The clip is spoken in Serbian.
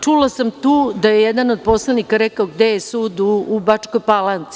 Čula sam tu da je jedna od poslanika rekao – gde je sud u Bačkoj Palanci.